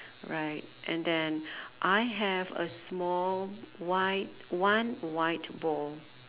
right and then I have a small white one white ball